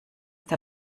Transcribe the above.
der